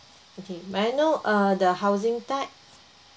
okay may I know uh the housing tag